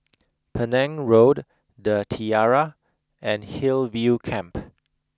Penang Road the Tiara and Hillview Camp